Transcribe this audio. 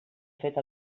fet